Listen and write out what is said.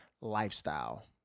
lifestyle